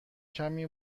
کمی